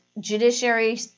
judiciary